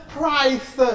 price